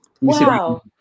Wow